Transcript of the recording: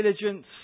diligence